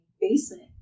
basement